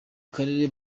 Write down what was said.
karere